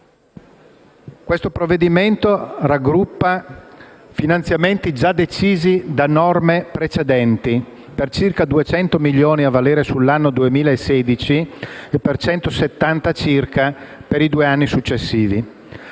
questo provvedimento. Esso raggruppa finanziamenti già decisi da norme precedenti per circa 200 milioni, a valere sull'anno 2016, e per 170 milioni circa per i due anni successivi.